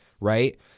right